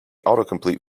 autocomplete